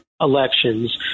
elections